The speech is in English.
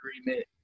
agreement